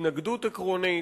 התנגדות עקרונית,